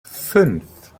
fünf